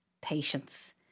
Patience